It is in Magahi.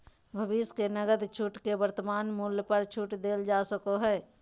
भविष्य के नकद छूट के वर्तमान मूल्य पर छूट देल जा सको हइ